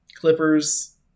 Clippers